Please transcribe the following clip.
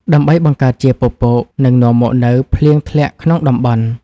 ដើម្បីបង្កើតជាពពក និងនាំមកនូវភ្លៀងធ្លាក់ក្នុងតំបន់។